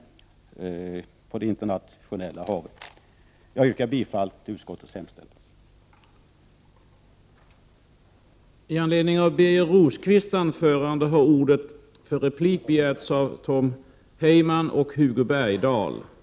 15 december 1988 Jag yrkar bifall till utskottets hemställan.